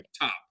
top